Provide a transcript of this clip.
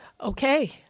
Okay